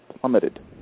plummeted